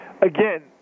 again